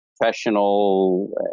professional